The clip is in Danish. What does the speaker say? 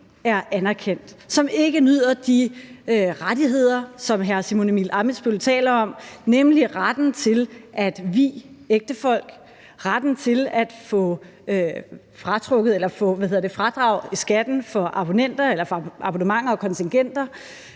er anerkendt, som ikke nyder de rettigheder, som hr. Simon Emil Ammitzbøll-Bille taler om, nemlig retten til at vie ægtefolk, retten til at få fradrag i skatten for abonnementer og kontingenter